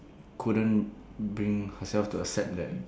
couldn't bring herself to accept that